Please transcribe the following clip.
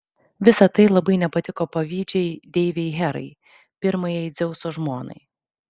visa tai labai nepatiko pavydžiai deivei herai pirmajai dzeuso žmonai